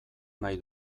nahi